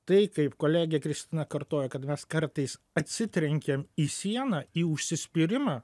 tai kaip kolegė kristina kartojo kad mes kartais atsitrenkiam į sieną į užsispyrimą